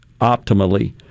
optimally